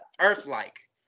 Earth-like